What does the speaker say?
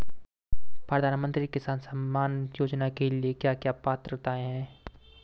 प्रधानमंत्री किसान सम्मान योजना के लिए क्या क्या पात्रताऐं हैं?